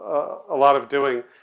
a lot of doing.